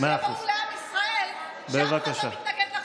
רק שיהיה ברור לעם ישראל שאף אחד לא מתנגד לחוק הזה.